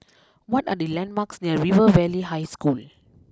what are the landmarks near River Valley High School